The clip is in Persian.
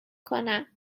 کنم